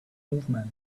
movement